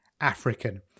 African